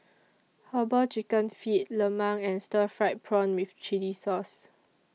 Herbal Chicken Feet Lemang and Stir Fried Prawn with Chili Sauce